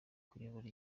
kuyobora